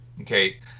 Okay